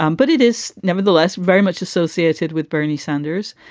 um but it is nevertheless very much associated with bernie sanders.